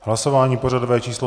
Hlasování pořadové číslo 151.